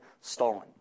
stolen